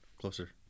closer